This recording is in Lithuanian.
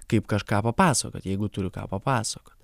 kaip kažką papasakoti jeigu turiu ką papasakot